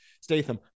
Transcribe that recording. Statham